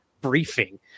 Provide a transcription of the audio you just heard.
briefing